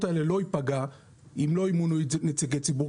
האלה לא ייפגע אם לא ימונו נציגי ציבור?